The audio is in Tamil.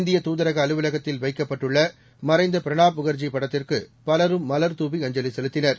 இந்தியதாதரகஅலுவலகத்தில்வைக்கப்பட்டுள்ளமறைந் தபிரணாப்முகர்ஜிபடத்திற்குபலரும்மலர்தூவிஅஞ்சலி செலுத்தினர்